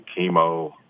chemo